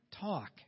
Talk